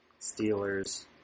Steelers